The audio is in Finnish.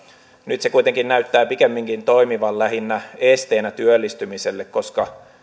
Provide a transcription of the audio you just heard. nyt se kuitenkin näyttää pikemminkin toimivan lähinnä esteenä työllistymiselle koska